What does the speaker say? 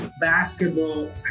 basketball